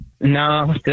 No